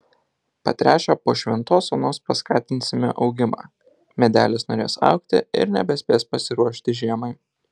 patręšę po šventos onos paskatinsime augimą medelis norės augti ir nebespės pasiruošti žiemai